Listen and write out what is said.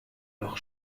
leurs